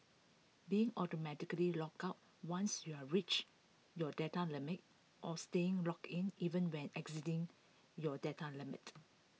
being automatically logged out once you've reached your data limit or staying logged in even when exceeding your data limit